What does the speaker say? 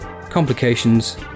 complications